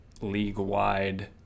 league-wide